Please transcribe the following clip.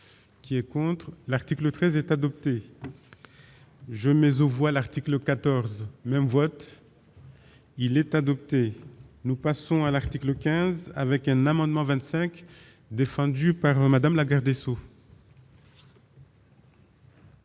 qui est contre l'article 13 est adoptée je mais au voile article XIV même vote. Il est adopté, nous passons à l'article 15 avec un amendement 25 défendue par Madame Lagarde